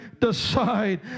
decide